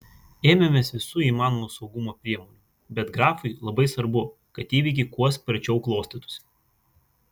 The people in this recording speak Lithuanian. ėmėmės visų įmanomų saugumo priemonių bet grafui labai svarbu kad įvykiai kuo sparčiau klostytųsi